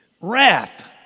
Wrath